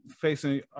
facing